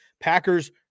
Packers